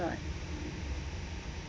[what]